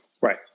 Right